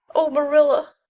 oh, marilla,